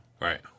Right